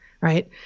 right